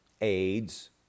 AIDS